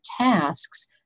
tasks